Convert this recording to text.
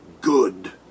good